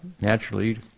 naturally